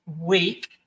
week